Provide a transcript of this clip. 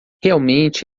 realmente